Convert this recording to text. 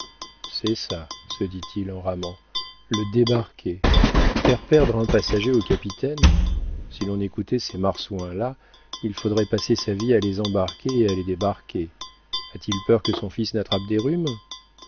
c'est ça se dit-il en ramant le débarquer faire perdre un passager au capitaine si l'on écoutait ces marsouins là il faudrait passer sa vie à les embarquer et à les débarquer a-t-il peur que son fils n'attrape des rhumes